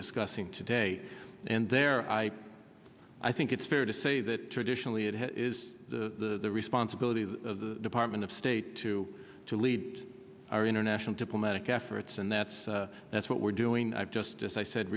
discussing today and they're i i think it's fair to say that traditionally it is the responsibility of the department of state to to lead our international diplomatic efforts and that's that's what we're doing just just i said